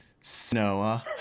snow